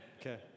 okay